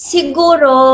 Siguro